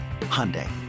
Hyundai